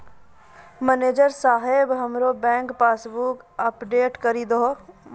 manager साहेब हमरो bank passbook update करि दहो